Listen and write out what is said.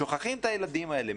שוכחים את הילדים האלה.